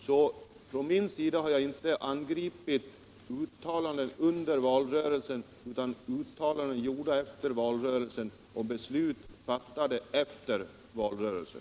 Så jag har alltså för min del inte kritiserat uttalanden under valrörelsen utan sådana som gjorts efter valrörelsen och beslut fattade efter valrörelsen.